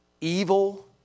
evil